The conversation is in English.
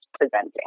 presenting